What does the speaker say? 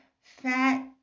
fat